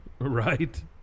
Right